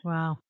Wow